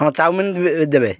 ହଁ ଚାଓମିନ୍ ଦେବେ